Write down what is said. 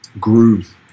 groove